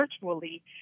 virtually